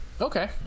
okay